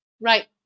Right